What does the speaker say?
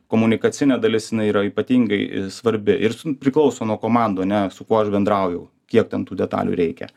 komunikacinė dalis jinai yra ypatingai svarbi ir su priklauso nuo komandų ane su kuo aš bendrauju kiek ten tų detalių reikia